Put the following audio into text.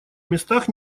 местах